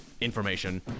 information